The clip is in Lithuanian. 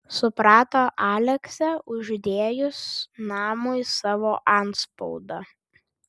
suprato aleksę uždėjus namui savo antspaudą